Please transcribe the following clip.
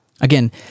Again